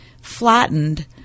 flattened